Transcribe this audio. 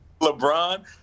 Lebron